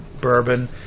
bourbon